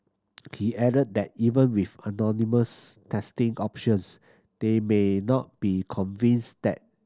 he added that even with anonymous testing options they may not be convinced that